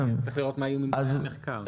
צריך לראות מה יהיו ממצאי המחקר.